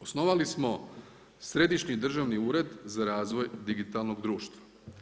Osnovali smo središnji državni ured za razvoj digitalnog društva.